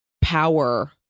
power